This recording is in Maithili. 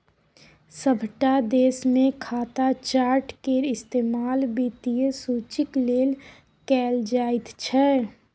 सभटा देशमे खाता चार्ट केर इस्तेमाल वित्तीय सूचीक लेल कैल जाइत छै